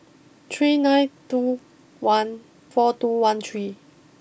three nine two one four two one three